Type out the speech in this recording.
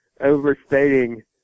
overstating